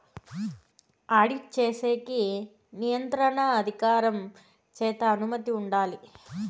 audit చేసేకి నియంత్రణ అధికారం చేత అనుమతి ఉండాలి